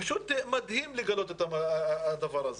פשוט מדהים לגלות את הדבר הזה.